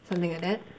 something like that